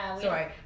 sorry